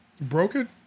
broken